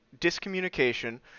discommunication